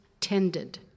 tended